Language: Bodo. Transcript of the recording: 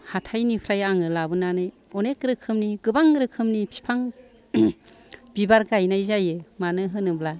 हाथाइनिफ्राय आङो लाबोनानै अनेक रोखोमनि गोबां रोखोमनि बिफां बिबार गायनाय जायो मानो होनोब्ला